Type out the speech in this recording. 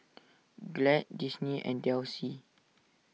Glade Disney and Delsey